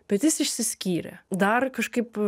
bet jis išsiskyrė dar kažkaip